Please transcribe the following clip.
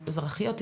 אזרחיות,